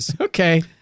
Okay